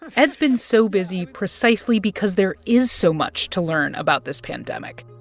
ed's been so busy precisely because there is so much to learn about this pandemic.